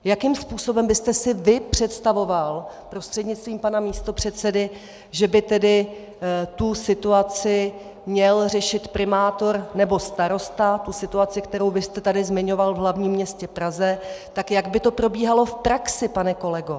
Jakým způsobem byste si vy představoval, prostřednictvím pana místopředsedy, že by tedy tu situaci měl řešit primátor nebo starosta, situaci, kterou jste tady zmiňoval v hlavním městě Praze, jak by to probíhalo v praxi, pane kolego?